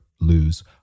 lose